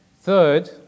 Third